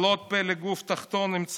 אלות פלג גוף תחתון, אם צריך,